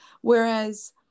Whereas